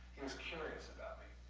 he was curious about me.